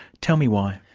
tell me why.